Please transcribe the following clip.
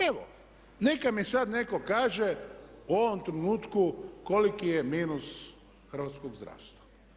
Evo, neka mi sad netko kaže u ovom trenutku koliki je minus hrvatskog zdravstva?